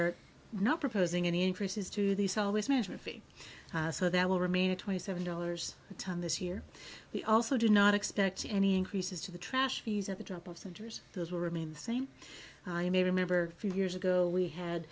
are not proposing any increases to these always management fee so that will remain a twenty seven dollars a ton this year we also do not expect any increases to the trash fees at the drop of centers those will remain the same may remember a few years ago we had